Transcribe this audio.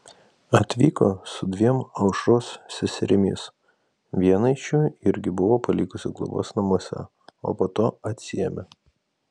atvyko su dviem aušros seserimis vieną iš jų irgi buvo palikusi globos namuose o po to atsiėmė